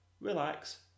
relax